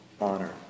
honor